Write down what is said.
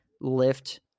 lift